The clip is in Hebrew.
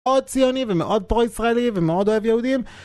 מאוד ציוני ומאוד פרו-ישראלי ומאוד אוהב יהודים